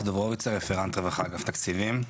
אני רפרנט רווחה, אגף תקציבים.